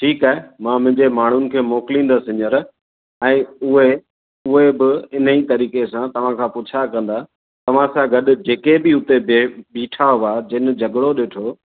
ठीकु आहे मां मुंहिंजे माण्हुनि खे मोकिलींदुसि हींअर ऐं उहे उहे बि इन ई तरीक़े सां तव्हांखां पुछा कंदा तव्हांखां गॾु जेके बि हुते जेंट्स बीठा हुआ जिनि झॻड़ो ॾिठो